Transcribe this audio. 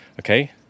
okay